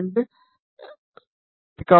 2 B